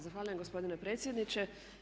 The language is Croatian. Zahvaljujem gospodine predsjedniče.